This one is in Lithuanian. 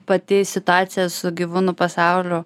pati situacija su gyvūnų pasauliu